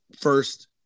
first